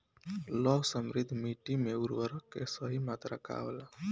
लौह समृद्ध मिट्टी में उर्वरक के सही मात्रा का होला?